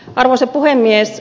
arvoisa puhemies